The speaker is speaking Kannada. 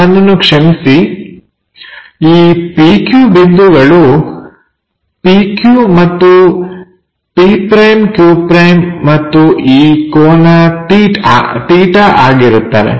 ನನ್ನನ್ನು ಕ್ಷಮಿಸಿ ಈ PQ ಬಿಂದುಗಳು pq ಮತ್ತು p'q' ಮತ್ತು ಈ ಕೋನ 𝚹 ಆಗಿರುತ್ತವೆ